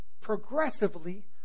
progressively